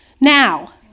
Now